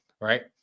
Right